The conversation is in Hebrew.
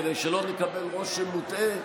כדי שלא נקבל רושם מוטעה,